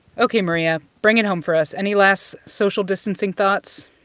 ok, maria. bring it home for us any last social distancing thoughts?